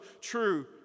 true